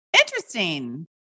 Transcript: Interesting